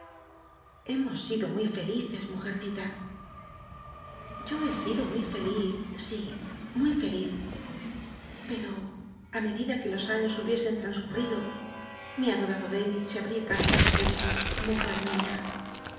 hemos sido muy felices mujercita yo be sido muy feliz sí muy fel iz pero medida que los años hubiesen transcurrido mi adoado david se habria cansado de su mujerni